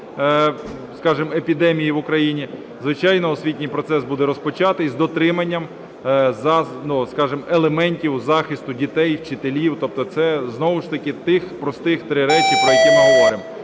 епідемії в Україні, звичайно, освітній процес буде розпочатий з дотриманням, скажемо, елементів захисту дітей, вчителів. Тобто це знову ж таки тих простих три речі, про які ми говоримо,